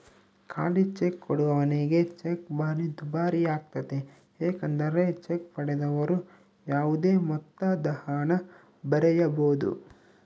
ಖಾಲಿಚೆಕ್ ಕೊಡುವವನಿಗೆ ಚೆಕ್ ಭಾರಿ ದುಬಾರಿಯಾಗ್ತತೆ ಏಕೆಂದರೆ ಚೆಕ್ ಪಡೆದವರು ಯಾವುದೇ ಮೊತ್ತದಹಣ ಬರೆಯಬೊದು